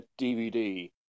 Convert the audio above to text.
DVD